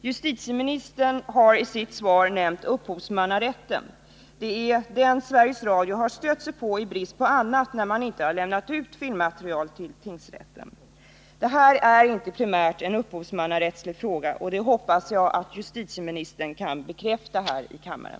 Justitieministern har i sitt svar nämnt upphovsmannarätten. Det är den Sveriges Radio har stött sig på i brist på annat när man inte har lämnat ut filmmaterial till tingsrätten. Det här är inte primärt en upphovsmannarättslig fråga. Det hoppas jag att justitieministern kan bekräfta här i kammaren.